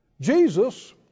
Jesus